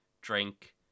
drink